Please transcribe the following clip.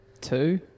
Two